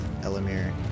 Elamir